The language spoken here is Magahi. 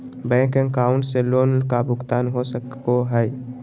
बैंक अकाउंट से लोन का भुगतान हो सको हई?